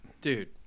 Dude